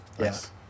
yes